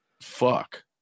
fuck